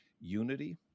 unity